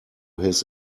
his